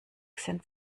sind